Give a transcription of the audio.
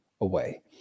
away